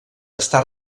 està